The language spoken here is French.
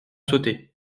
sauter